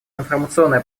информационно